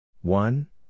One